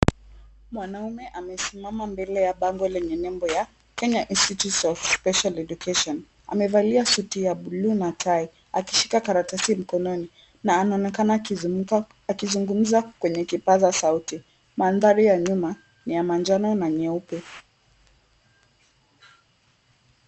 Mwanaume amesimama mbele ya bango lenye nembo ya Kenya Institute of Special Education. Amevalia suti ya buluu na tai, akishika karatasi mkononi na anaonekana akizungumza kwenye kipaza sauti. Mandhari ya nyuma ni ya manjano na nyeupe.